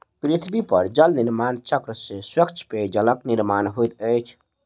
पृथ्वी पर जल निर्माण चक्र से स्वच्छ पेयजलक निर्माण होइत अछि